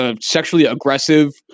sexually-aggressive